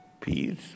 peace